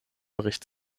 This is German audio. bericht